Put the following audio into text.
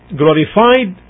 glorified